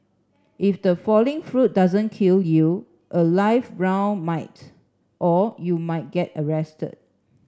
if the falling fruit doesn't kill you a live round might or you might get arrested